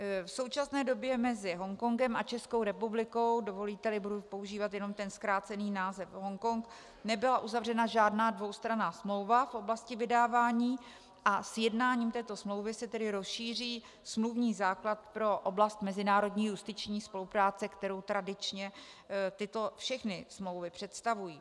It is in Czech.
V současné době mezi Hongkongem a Českou republikou dovolíteli, budu používat jenom ten zkrácený název Hongkong nebyla uzavřena žádná dvoustranná smlouva v oblasti vydávání, sjednáním této smlouvy se tedy rozšíří smluvní základ pro oblast mezinárodní justiční spolupráce, kterou tradičně tyto všechny smlouvy představují.